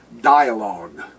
Dialogue